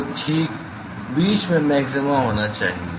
तो ठीक बीच में मैक्सिमा होना चाहिए